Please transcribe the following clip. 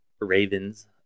Ravens